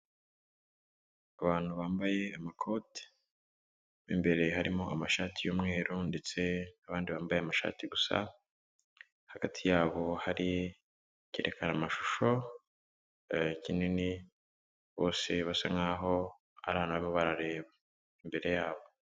Abantu bambaye amakoti, mo imbere harimo amashati y'umweru ndetse abandi bambaye amashati gusa, hagati yabo hari icyerekana amashusho, ikindi ni bose basa nkaho ari abantu barimo barareba imbere yabo.